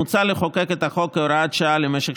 מוצע לחוקק את החוק כהוראת שעה למשך